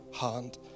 hand